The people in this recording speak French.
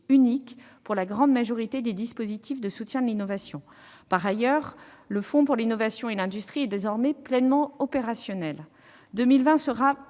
unique pour la grande majorité des dispositifs de soutien à l'innovation. En outre, le Fonds pour l'innovation et l'industrie est désormais pleinement opérationnel. Par